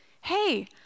Hey